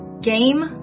game